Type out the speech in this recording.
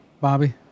Bobby